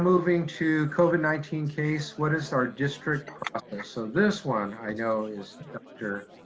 moving to covid nineteen case. what is our district process. so this one i know is doctor.